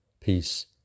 Peace